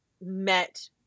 met